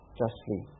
justly